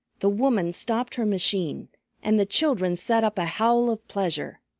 the woman stopped her machine and the children set up a howl of pleasure.